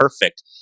perfect